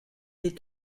les